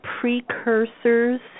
precursors